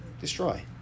destroy